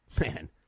Man